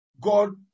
God